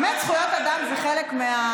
באמת זכויות אדם זה חלק,